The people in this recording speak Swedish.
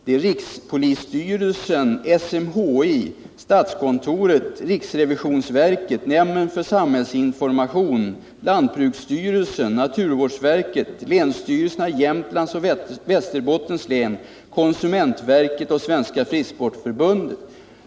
Det är rikspolisstyrelsen, SMHI, statskontoret, riksrevisionsverket, nämnden för samhällsinformation, lantbruksstyrelsen, naturvårdsverket, länsstyrelserna i Jämtlands och Västerbottens län, konsumentverket och Svenska frisksportförbundet.